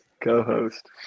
co-host